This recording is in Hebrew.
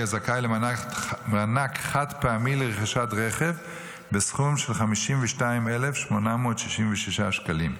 יהיה זכאי למענק חד-פעמי לרכישת רכב בסכום של 52,866 שקלים.